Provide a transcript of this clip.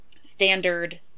standard